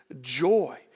joy